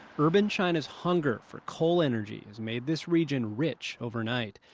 urban china's hunger for coal energy has made this region rich overnight.